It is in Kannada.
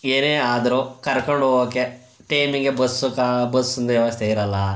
ಏನೇ ಆದರೂ ಕರ್ಕೊಂಡು ಹೋಗಕ್ಕೆ ಟೈಮಿಗೆ ಬಸ್ಸು ಕಾ ಬಸ್ಸಿಂದು ವ್ಯವಸ್ಥೆ ಇರಲ್ಲ